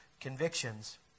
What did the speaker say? convictions